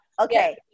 Okay